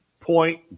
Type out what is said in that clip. point